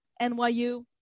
NYU